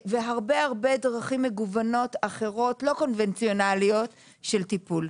והרבה דרכים מגוונות אחרות לא קונבנציונאליות של טיפול.